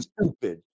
stupid